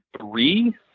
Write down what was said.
three